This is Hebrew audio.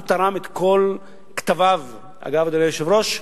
הוא תרם את כל כתביו, אגב, אדוני היושב-ראש,